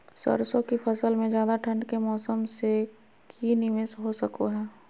सरसों की फसल में ज्यादा ठंड के मौसम से की निवेस हो सको हय?